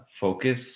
focus